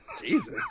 Jesus